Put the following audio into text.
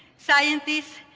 scientists,